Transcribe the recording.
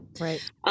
Right